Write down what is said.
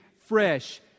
fresh